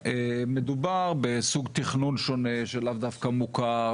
מדובר בסוג תכנון שונה שלאו דווקא מוכר,